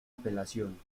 apelación